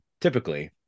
typically